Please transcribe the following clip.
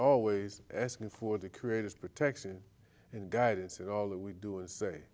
always asking for the creative protection and guidance and all that we do and say